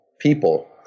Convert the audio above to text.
people